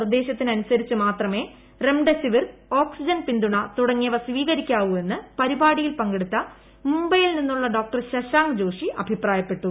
നിർദ്ദേശത്തിനനുസരിച്ചു മാത്രമേ remdesivir oxygen പിന്തുണ തുടങ്ങിയവ സ്വീകരിക്കാവൂ എന്ന് പരിപാടിയിൽ പങ്കെടുത്ത മുംബൈയിൽ നിന്നുള്ള ഡോക്ടർ ശശാങ്ക്ജോഷി അഭിപ്രായപ്പെട്ടു